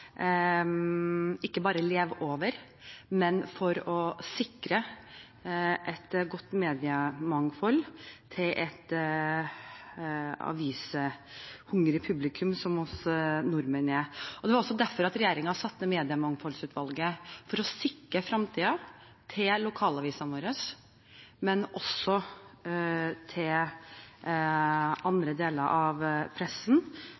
ikke bare å overleve, men for å sikre et godt mediemangfold til et avishungrig publikum som vi nordmenn er. Det var også derfor regjeringen nedsatte Mediemangfoldsutvalget for å sikre framtida til lokalavisene våre, men også til andre deler av pressen,